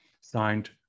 signed